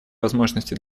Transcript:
возможности